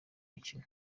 mukino